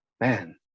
Man